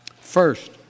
First